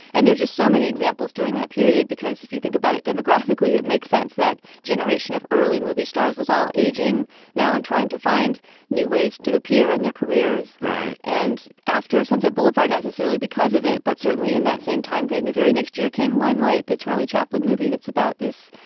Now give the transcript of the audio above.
and there's just so many examples during that period, because if you think about it demographically, it makes sense that generation of early movie stars was all aging now and trying to find new ways to appear in their careers. right. and after sunset boulevard, necessarily because of it. but certainly in that same timeframe, the very next year came limelight, the charlie chaplin movie. that's about this,